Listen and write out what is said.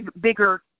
bigger